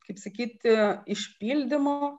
kaip sakyti išpildymo